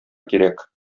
кирәк